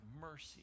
mercy